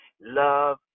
love